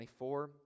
24